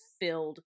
filled